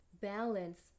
Balance